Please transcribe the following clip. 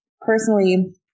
personally